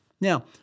Now